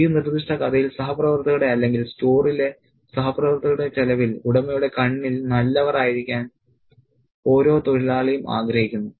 ഈ നിർദ്ദിഷ്ട കഥയിൽ സഹപ്രവർത്തകരുടെ അല്ലെങ്കിൽ സ്റ്റോറിലെ സഹപ്രവർത്തകരുടെ ചെലവിൽ ഉടമയുടെ കണ്ണിൽ നല്ലവർ ആയിരിക്കാൻ ഓരോ തൊഴിലാളിയും ആഗ്രഹിക്കുന്നു